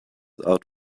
out